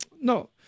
No